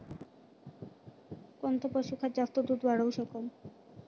कोनचं पशुखाद्य जास्त दुध वाढवू शकन?